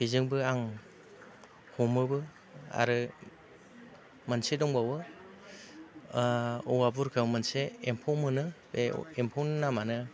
बेजोंबो आं हमोबो आरो मोनसे दंबावो औवा बुरखायाव मोनसे एम्फौ मोनो बे एम्फौनि नामानो